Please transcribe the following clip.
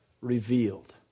revealed